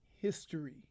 history